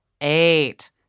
eight